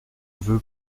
veux